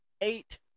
eight